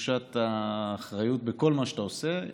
תחושת האחריות בכל מה שאתה עושה.